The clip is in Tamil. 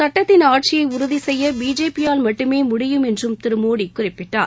சுட்டத்தின் ஆட்சியை உறுதி செய்ய பிஜேபியால் மட்டுமே முடியும் என்று திரு மோடி குறிப்பிட்டார்